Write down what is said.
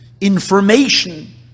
information